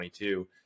2022